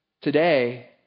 today